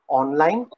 online